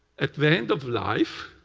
at the ends of life,